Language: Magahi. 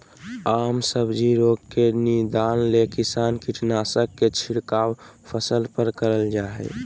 आम सब्जी रोग के निदान ले किसान कीटनाशक के छिड़काव फसल पर करल जा हई